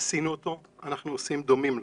עשינו אותו ואנחנו עושים דומים לו.